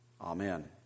Amen